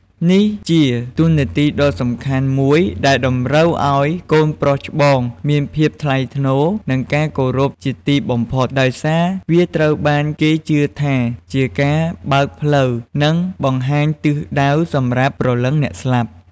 នេះជាតួនាទីដ៏សំខាន់មួយដែលតម្រូវឲ្យកូនប្រុសច្បងមានភាពថ្លៃថ្នូរ និងការគោរពជាទីបំផុត ដោយសារវាត្រូវបានគេជឿថាជាការបើកផ្លូវ និងបង្ហាញទិសដៅសម្រាប់ព្រលឹងអ្នកស្លាប់។